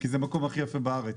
כי זה המקום הכי יפה בארץ.